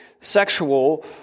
sexual